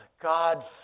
God